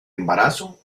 embarazo